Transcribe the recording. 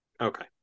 Okay